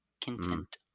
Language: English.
content